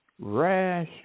rash